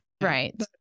right